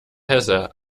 hesse